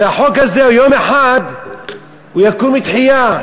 שהחוק הזה יום אחד יקום לתחייה,